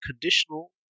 conditional